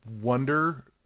wonder